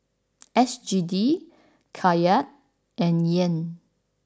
S G D Kyat and Yen